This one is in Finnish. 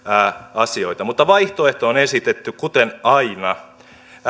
asioita mutta vaihtoehto on esitetty kuten aina